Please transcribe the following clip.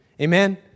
Amen